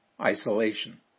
isolation